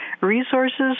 resources